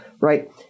right